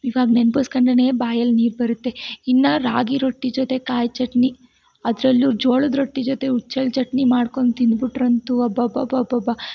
ಇವಾಗ ನೆನ್ಪಿಸ್ಕೊಂಡ್ರೆನೇ ಬಾಯಲ್ಲಿ ನೀರು ಬರುತ್ತೆ ಇನ್ನು ರಾಗಿ ರೊಟ್ಟಿ ಜೊತೆ ಕಾಯಿ ಚಟ್ನಿ ಅದ್ರಲ್ಲೂ ಜೋಳದ ರೊಟ್ಟಿ ಜೊತೆ ಹುಚ್ಚೆಳ್ ಚಟ್ನಿ ಮಾಡ್ಕೊಂಡು ತಿಂದ್ಬಿಟ್ರಂತೂ ಅಬ್ಬಬ್ಬಬ್ಬಬ್ಬಬ್ಬ